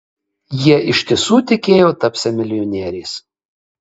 jie iš tiesų tikėjo tapsią milijonieriais